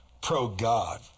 pro-God